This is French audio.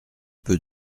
peu